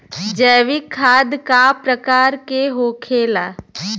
जैविक खाद का प्रकार के होखे ला?